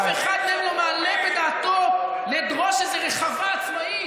אף אחד מהם לא מעלה בדעתו לדרוש איזו רחבה עצמאית.